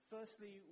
Firstly